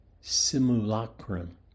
simulacrum